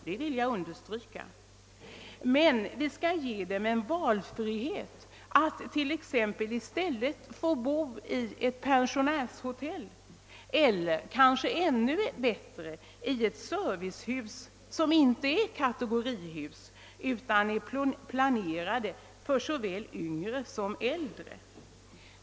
Men vi skall ge dem möjlighet att välja att t.ex. i stället få bo på pensionärshotell eller kanske ännu hellre i servicehus som inte är kategorihus utan planerade för såväl yngre som äldre.